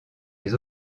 les